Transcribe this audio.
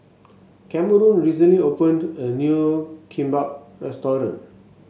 Cameron recently opened a new Kimbap Restaurant